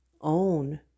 own